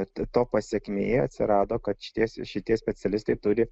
bet to pasekmėje atsirado kad šitie šitie specialistai turi